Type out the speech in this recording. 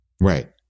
Right